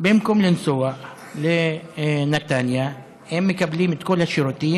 במקום לנסוע לנתניה הם מקבלים את כל השירות,